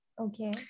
Okay